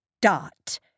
Dot